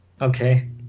Okay